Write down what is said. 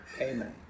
Amen